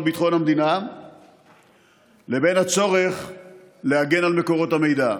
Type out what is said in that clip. ביטחון המדינה לבין הצורך להגן על מקורות המידע.